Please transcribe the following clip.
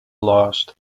lost